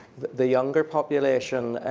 the younger population,